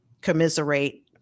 commiserate